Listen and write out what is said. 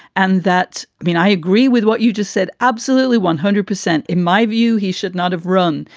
and that mean i agree with what you just said. absolutely. one hundred percent in my view. he should not have run.